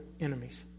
enemies